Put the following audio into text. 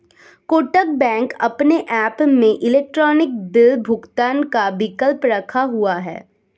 Kotak bank अपने app में electronic bill भुगतान का विकल्प रखा हुआ है